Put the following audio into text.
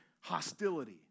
hostility